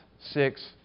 six